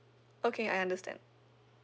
okay I understand